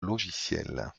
logiciel